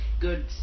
Good